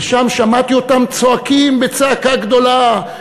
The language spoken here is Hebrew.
ושם שמעתי אותם צועקים צעקה גדולה,